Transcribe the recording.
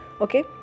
Okay